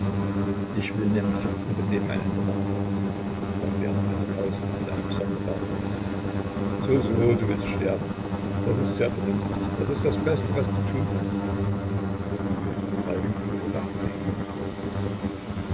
ich will nämlich jetzt mit dem leben ein ende machen sagte er nach einer pause mit einem sonderbaren lächeln so so du willst sterben das ist sehr vernünftig das ist das beste was du tun kannst falk beobachtete ihn